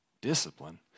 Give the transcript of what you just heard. discipline